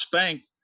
spanked